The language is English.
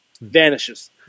vanishes